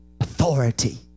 Authority